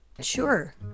Sure